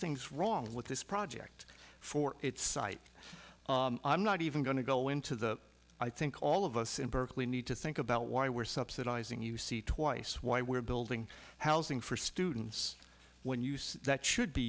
things wrong with this project for its site i'm not even going to go into the i think all of us in berkeley need to think about why we're subsidizing you see twice why we're building housing for students when you say that should